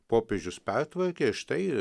popiežius pertvarkė ir štai